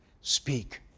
speak